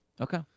Okay